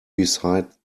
beside